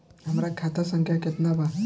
हमरा खाता संख्या केतना बा?